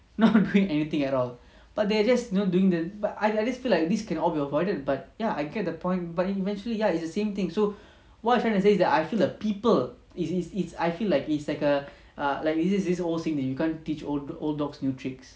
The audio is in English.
not doing anything at all but they're just you know doing that but I just feel like this can all be avoided but ya I get the point but eventually ya it's the same thing so what I'm trying to say is that I feel err people is is is I feel like it's like err err like this this this whole thing that you can't teach old old dogs new tricks